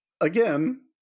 again